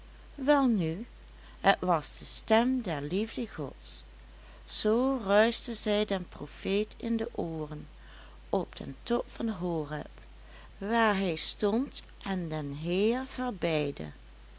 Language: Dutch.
welnu het was de stem der liefde gods zoo ruischte zij den profeet in de ooren op den top van horeb waar hij stond en den heer